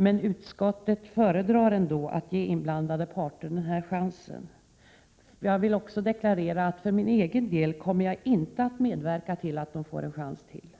Men utskottet föredrar att ge inblandade parter denna chans. Jag vill också deklarera att för min egen del kommer jag inte att medverka till att de får en chans till.